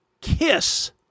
Kiss